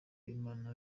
imana